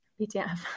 BTF